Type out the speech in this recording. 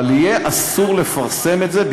אבל יהיה אסור לפרסם את זה.